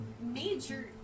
major